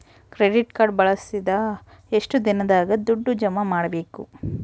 Credit card ಬಳಸಿದ ಎಷ್ಟು ದಿನದಾಗ ದುಡ್ಡು ಜಮಾ ಮಾಡ್ಬೇಕು?